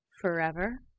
forever